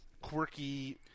quirky